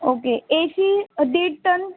okay A C दीड ton